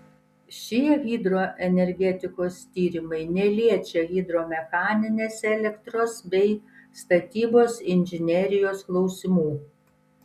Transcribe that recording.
šie hidroenergetikos tyrimai neliečia hidromechaninės elektros bei statybos inžinerijos klausimų